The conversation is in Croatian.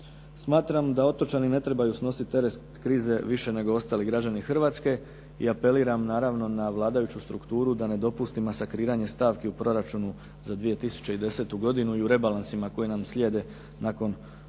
Smatram da otočani ne trebaju snositi teret krize više nego ostali građani Hrvatske i apeliram naravno na vladajuću strukturu da ne dopusti masakriranje stavki u proračunu za 2010. godinu i u rebalansima koji nam slijede nakon ove